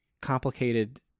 complicated